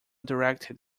directed